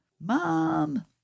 Mom